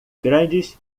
grandes